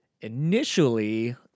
initially